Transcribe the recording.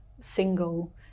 single